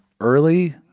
early